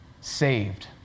Saved